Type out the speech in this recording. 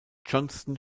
johnston